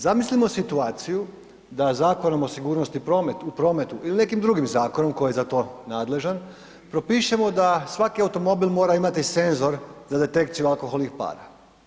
Zamislimo situaciju, da Zakonom o sigurnosti u prometu ili nekim drugim zakonom koji je za to nadležan, propišemo da svaki automobil mora imati senzor na detekciju alkoholnih para.